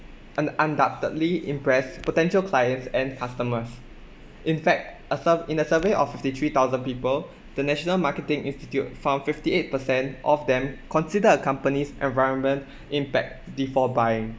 un~ undoubtedly impress potential clients and customers in fact a sur~ in a survey of fifty three thousand people the national marketing institute found fifty eight percent of them consider a company's environment impact before buying